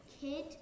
kid